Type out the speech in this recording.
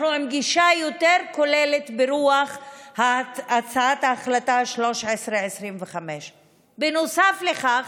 אנחנו עם גישה יותר כוללת ברוח הצעת ההחלטה 1325. בנוסף לכך,